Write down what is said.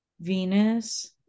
Venus